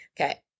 okay